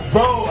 Bro